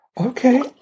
Okay